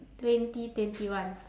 twenty twenty one